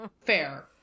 Fair